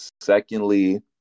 Secondly